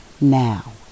now